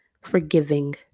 forgiving